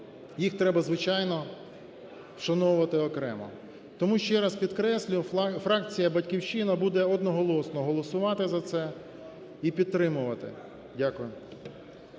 їх треба, звичайно, вшановувати окремо. Тому ще раз підкреслюю, фракція "Батьківщина" буде одноголосно голосувати за це і підтримувати. Дякую.